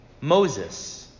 Moses